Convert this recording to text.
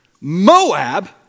Moab